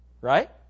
right